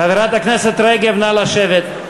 חברת הכנסת רגב, נא לשבת.